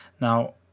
Now